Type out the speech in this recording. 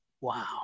Wow